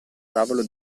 tavolo